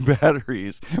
batteries